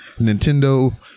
Nintendo